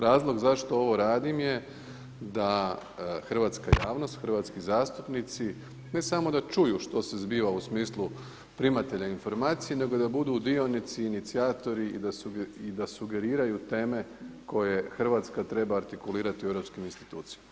Razlog zašto ovo radim je da hrvatska javnost, hrvatski zastupnici ne samo da čuju što se zbiva u smislu primatelja informacija, nego da budu dionici, inicijatori i da sugeriraju teme koje Hrvatska treba artikulirati u europskim institucijama.